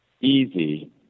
easy